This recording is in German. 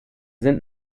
sind